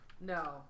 No